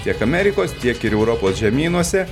tiek amerikos tiek ir europos žemynuose